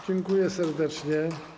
Dziękuję serdecznie.